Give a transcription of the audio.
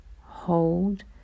hold